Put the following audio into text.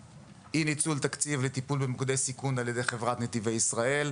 אי-ניצול תקציב לטיפול במוקדי סיכון על ידי חברת נתיבי ישראל.